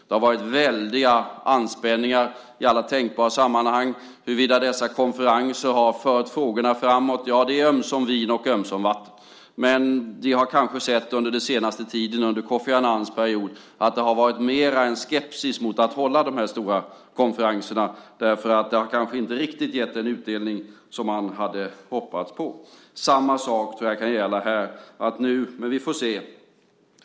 Det har varit väldiga anspänningar i alla tänkbara sammanhang huruvida dessa konferenser har fört frågorna framåt. Ja, det är ömsom vin, ömsom vatten. Men vi har sett under den senaste tiden under Kofi Annans period att det har varit mer skepsis att hålla stora konferenser därför att de kanske inte riktigt gett den utdelning som man hade hoppats på. Samma sak verkar gälla här. Men vi får se.